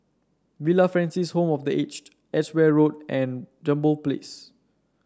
Villa Francis Home for The Aged Edgware Road and Jambol Place